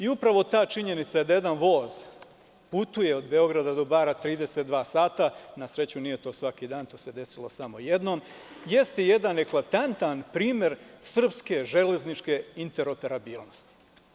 Upravo ta činjenica da jedan voz putuje od Beograda do Bara 32 sata, na sreću nije to svaki dan, to se desilo samo jednom, jeste jedan eklatantan primer srpske železničke interoperabilnosti.